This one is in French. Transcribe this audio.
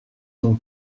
ton